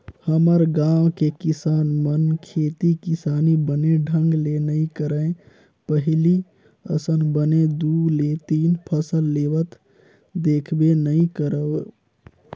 हमर गाँव के किसान मन खेती किसानी बने ढंग ले नइ करय पहिली असन बने दू ले तीन फसल लेवत देखबे नइ करव